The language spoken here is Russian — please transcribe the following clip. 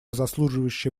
заслуживающее